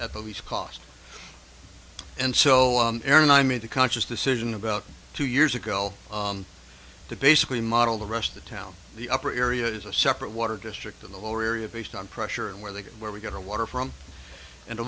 at the least cost and so on air and i made a conscious decision about two years ago to basically model the rest of the town the upper area as a separate water district in the lower area based on pressure and where they get where we get our water from and